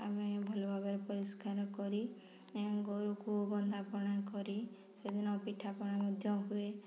ଆମେ ଭଲ ଭାବରେ ପରିଷ୍କାର କରି ଏଁ ଘରକୁ ବନ୍ଦାପନା କରି ସେଦିନ ପିଠାପଣା ମଧ୍ୟ ହୁଏ